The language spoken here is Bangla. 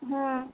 হুম